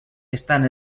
estan